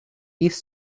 dies